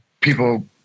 people